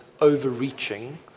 overreaching